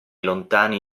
lontani